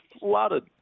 flooded